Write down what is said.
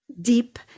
deep